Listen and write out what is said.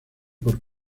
por